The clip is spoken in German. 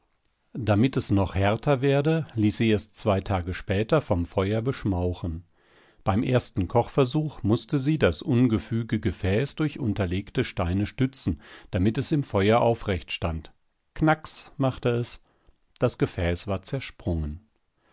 damit es noch härter werde ließ sie es zwei tage später vom feuer beschmauchen beim ersten kochversuch mußte sie das ungefüge gefäß durch unterlegte steine stützen damit es im feuer aufrecht stand knacks machte es das gefäß war zersprungen